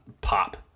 pop